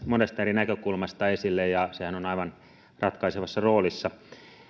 monesta eri näkökulmasta esille ja sehän on aivan ratkaisevassa roolissa